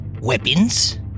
weapons